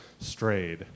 strayed